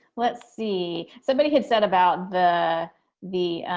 let's see somebody had said about the the